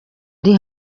ari